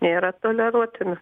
nėra toleruotina